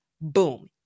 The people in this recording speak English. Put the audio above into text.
Boom